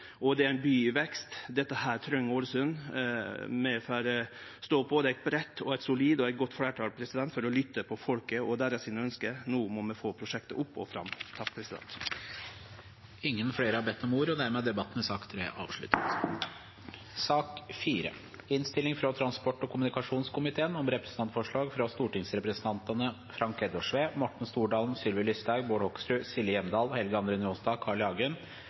Det er ein by i vekst, dette treng Ålesund. Vi får stå på, det er eit breitt, solid og godt fleirtal for å lytte til folket og ønska deira. No må vi få prosjektet opp og fram. Flere har ikke bedt om ordet til sak nr. 3. Etter ønske fra transport- og kommunikasjonskomiteen vil presidenten ordne debatten